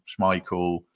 Schmeichel